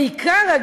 בעיקר,